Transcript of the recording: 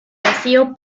vacío